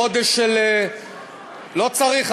לא צריך?